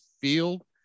field